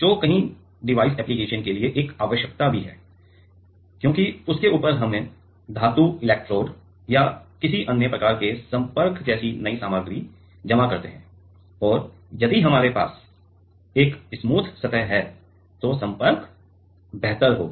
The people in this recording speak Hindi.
जो कई डिवाइस एप्लिकेशन के लिए एक आवश्यकता भी है क्योंकि उसके ऊपर हम धातु इलेक्ट्रोड या किसी अन्य प्रकार के संपर्क जैसी नई सामग्री जमा करते हैं और यदि हमारे पास एक स्मूथ सतह है तो संपर्क बेहतर होगा